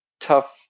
tough